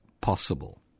possible